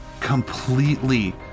completely